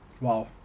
Wow